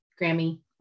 Grammy